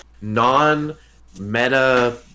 non-meta